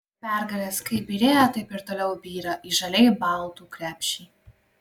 pergalės kaip byrėjo taip ir toliau byra į žaliai baltų krepšį